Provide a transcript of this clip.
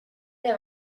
have